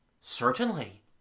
Certainly